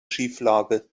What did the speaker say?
schieflage